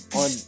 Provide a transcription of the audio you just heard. on